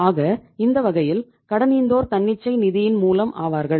ஆக இந்த வகையில் கடனீந்தோர் தன்னிச்சை நிதியின் மூலம் ஆவார்கள்